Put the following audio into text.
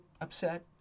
upset